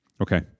Okay